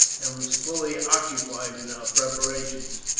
and was fully occupied in our preparations.